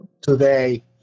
today